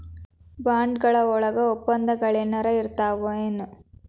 Bond ವಳಗ ವಪ್ಪಂದಗಳೆನರ ಇರ್ತಾವೆನು?